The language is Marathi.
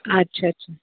अच्छा अच्छा